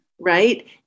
Right